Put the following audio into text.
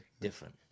different